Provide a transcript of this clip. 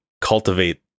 cultivate